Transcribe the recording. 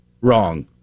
wrong